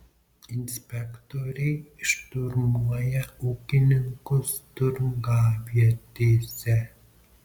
inspektoriai šturmuoja ūkininkus turgavietėse